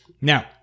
Now